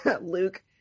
Luke